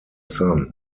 son